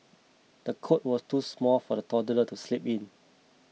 the cot was too small for the toddler to sleep in